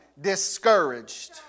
discouraged